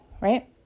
right